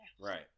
Right